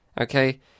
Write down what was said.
okay